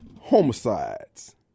homicides